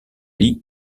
lee